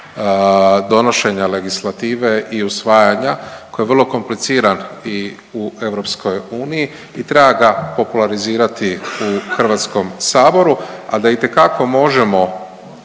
donošenja legislative i usvajanja koji je vrlo kompliciran i u EU i treba ga popularizirati u Hrvatskom saboru, a da itekako možemo